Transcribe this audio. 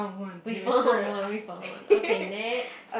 we found out one we found one okay next